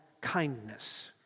kindness